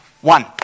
One